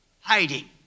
Hiding